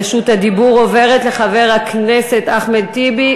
רשות הדיבור עוברת לחבר הכנסת אחמד טיבי,